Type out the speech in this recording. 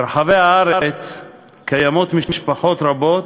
ברחבי הארץ קיימות משפחות רבות